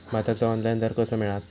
भाताचो ऑनलाइन दर कसो मिळात?